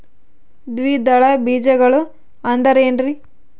ದ್ವಿದಳ ಬೇಜಗಳು ಅಂದರೇನ್ರಿ?